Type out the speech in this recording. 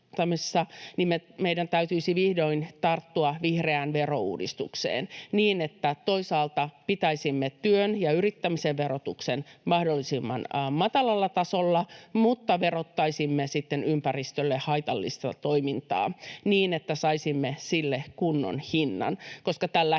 meidän täytyisi vihdoin tarttua vihreään verouudistukseen, niin että toisaalta pitäisimme työn ja yrittämisen verotuksen mahdollisimman matalalla tasolla mutta verottaisimme sitten ympäristölle haitallista toimintaa niin, että saisimme sille kunnon hinnan,